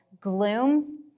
gloom